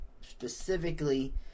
specifically